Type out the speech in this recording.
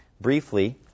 briefly